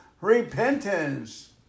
repentance